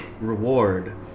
reward